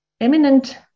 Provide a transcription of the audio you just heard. eminent